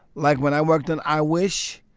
like, when i worked on i wish,